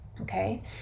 okay